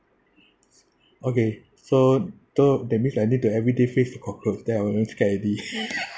okay so so that means I need to every day face cockroach then I won't scared already